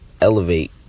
elevate